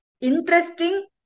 interesting